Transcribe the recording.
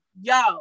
Yo